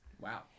Wow